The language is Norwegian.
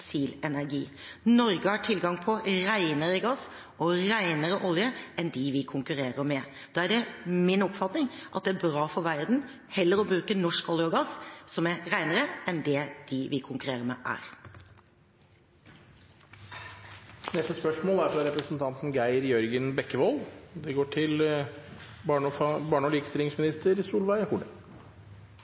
energi. Norge har tilgang på renere gass og olje enn dem vi konkurrerer med. Da er det min oppfatning at det er bra for verden heller å bruke norsk olje og gass – som er renere – enn den fra dem vi konkurrerer med. Et enkelt spørsmål: «Hva har statsråden gjort for å følge opp Stortingets anmodningsvedtak om å styrke Likestillings- og